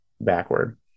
backward